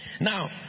Now